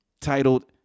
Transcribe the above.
titled